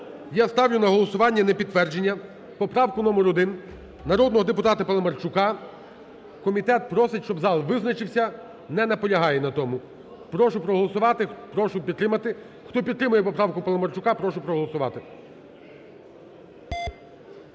Я ставлю на голосування на підтвердження поправку номер 1 народного депутата Паламарчука. Комітет просить, щоб зал визначився, не наполягає на тому. Прошу проголосувати, прошу підтримати. Хто підтримує поправку Паламарчука, прошу проголосувати.